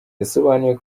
yasobanuye